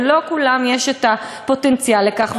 ולא לכולם יש פוטנציאל לכך,